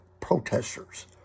protesters